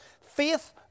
Faith